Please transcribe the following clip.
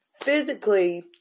physically